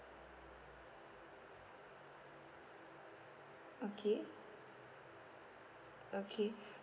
okay okay